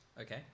Okay